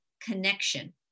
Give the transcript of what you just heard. connection